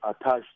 attached